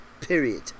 Period